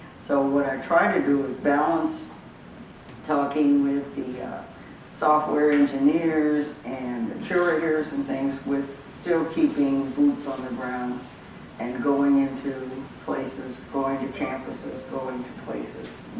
so what i try to do is balance talking with the software engineers and the curators and things with still keeping boots on the ground and going into places, going to campuses going to places